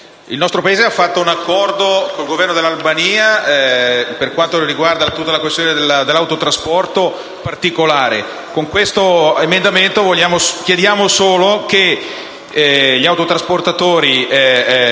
il nostro Paese ha fatto un accordo con il Governo dell'Albania per quanto riguarda tutta la questione dell'autotrasporto particolare. Con questo emendamento noi chiediamo solo che gli autotrasportatori